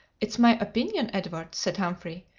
it's my opinion, edward, said humphrey,